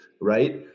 Right